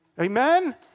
Amen